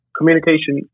Communication